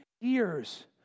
years